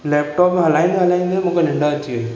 laptop हलाईंदे हलाईंदे मूंखे निंड अची वई